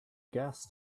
gas